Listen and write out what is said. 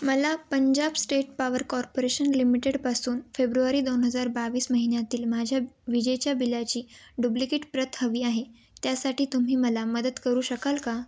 मला Punjab state power corporation लिमिटेडपासून फेब्रुवारी दोन हजार बावीस महिन्यातील माझ्या विजेच्या बिलाची डुब्लिकेट प्रत हवी आहे त्यासाठी तुम्ही मला मदत करू शकाल का